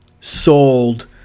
sold